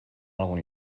algun